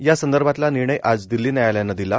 यासंदर्भातला निर्णय आज दिल्ली न्यायालयानं दिला